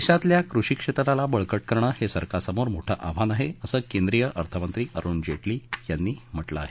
देशातल्या कृषी क्षेत्राला बळकट करणं हे सरकारसमोर मोठं आव्हान आहे असं केंद्रीय अर्थमंत्री अरुण जेटली यांनी म्हटलं आहे